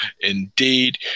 indeed